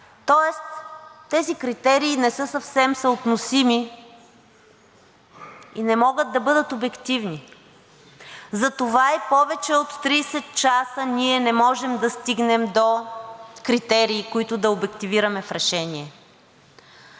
Тоест тези критерии не са съвсем съотносими и не могат да бъдат обективни и затова повече от 30 часа ние не можем да стигнем до критерии, които да обективираме в решение.